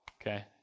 okay